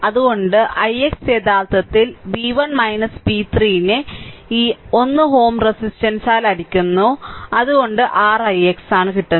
അതിനാൽ ix യഥാർത്ഥത്തിൽ v1 v3 നെ ഈ 1 Ω റെസിസ്റ്റൻസാൽ ഹരിക്കുന്നു അതായത് r ix